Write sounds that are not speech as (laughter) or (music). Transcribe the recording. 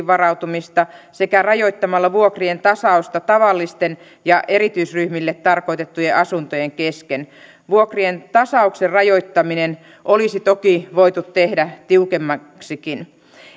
(unintelligible) varautumista sekä rajoittamalla vuokrien tasausta tavallisten ja erityisryhmille tarkoitettujen asuntojen kesken vuokrien tasauksen rajoittaminen olisi toki voitu tehdä tiukemmaksikin